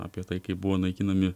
apie tai kaip buvo naikinami